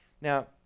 Now